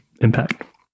impact